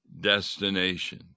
destination